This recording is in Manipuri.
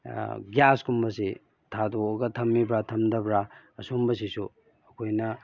ꯒ꯭ꯌꯥꯁꯀꯨꯝꯕꯁꯤ ꯊꯥꯗꯣꯛꯑꯒ ꯊꯝꯃꯤꯕ꯭ꯔꯥ ꯊꯝꯗꯕ꯭ꯔꯥ ꯑꯁꯤꯒꯨꯝꯕꯁꯤꯁꯨ ꯑꯩꯈꯣꯏꯅ